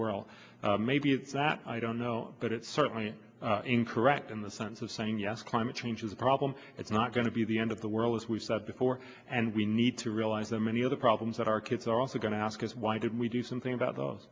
world maybe it's that i don't know but it's certainly an incorrect in the sense of saying yes climate change is a problem it's not going to be the end of the world as we said before and we need to realize there are many other problems that our kids are also going to ask is why did we do something about tho